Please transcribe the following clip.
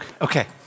Okay